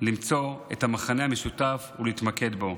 למצוא את המכנה המשותף ולהתמקד בו.